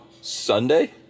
Sunday